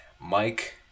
Mike